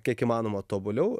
kiek įmanoma tobuliau